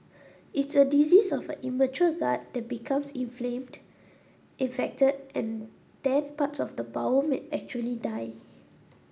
it's a disease of an immature gut that becomes inflamed infected and then parts of the bowel may actually die